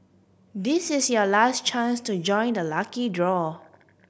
this is your last chance to join the lucky draw